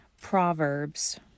Proverbs